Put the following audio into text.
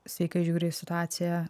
sveikai žiūri į situaciją